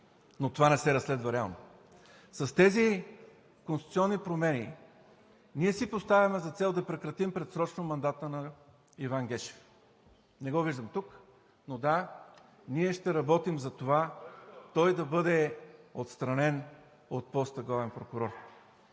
но това не се разследва реално. С тези конституционни промени ние си поставяме за цел да прекратим предсрочно мандата на Иван Гешев. Не го виждам тук. Но да, ние ще работим за това – той да бъде отстранен от поста главен прокурор.